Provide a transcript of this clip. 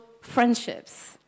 friendships